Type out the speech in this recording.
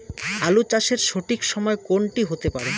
আলু চাষের সঠিক সময় কোন টি হতে পারে?